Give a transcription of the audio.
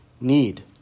need